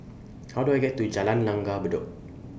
How Do I get to Jalan Langgar Bedok